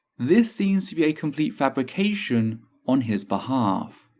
this seems to be a complete fabrication on his behalf.